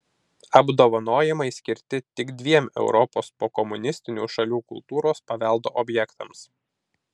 apdovanojimai skirti tik dviem europos pokomunistinių šalių kultūros paveldo objektams